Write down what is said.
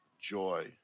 joy